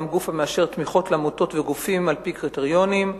גוף המאשר תמיכות לעמותות וגופים על-פי קריטריונים.